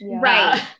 right